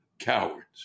cowards